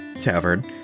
tavern